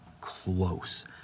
close